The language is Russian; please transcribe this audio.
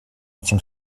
этим